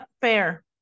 fair